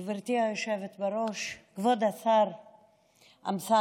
גברתי היושבת-ראש, כבוד השר אמסלם,